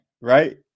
right